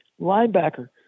linebacker